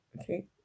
Okay